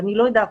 ואני לא יודעת,